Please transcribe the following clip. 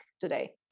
today